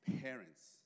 parents